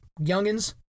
youngins